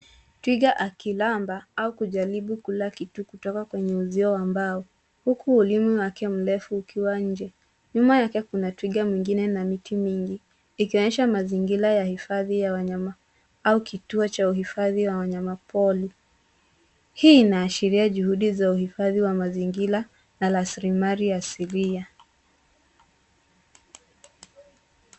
Twiga akilamba au akijaribu kula kitu kutoka kwenye uzio wa mbao, huku ulimi wake mrefu ukiwa nje. Nyuma yake kuna twiga mwengine na miti mingi, ikionyesha mazingira ya uhifadhi wa wanyama au kituo cha uhifadhi wa wanyamapori. Hii inaashiria juhudi za uhifadhi wa mazingira na rasilimali asilia.